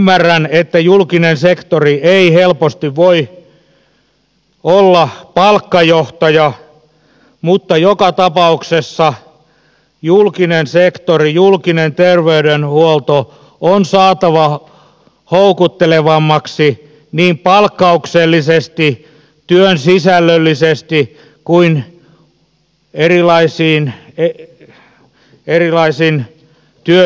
ymmärrän että julkinen sektori ei helposti voi olla palkkajohtaja mutta joka tapauksessa julkinen sektori julkinen terveydenhuolto on saatava houkuttelevammaksi niin palkkauksellisesti työnsisällöllisesti kuin erilaisten työhygienisten kysymysten kannalta